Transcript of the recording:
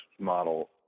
model